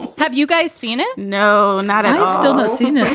and have you guys seen it? no, not at all. still no scene, and